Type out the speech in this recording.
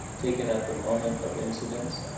taken at the moment of incidence,